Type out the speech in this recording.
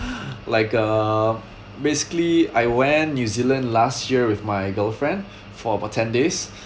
like uh basically I went new zealand last year with my girlfriend for about ten days